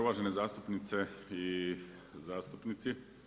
Uvažene zastupnice i zastupnici.